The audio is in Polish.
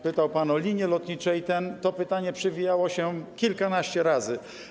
Pytał pan o linie lotnicze, i to pytanie przewijało się kilkanaście razy.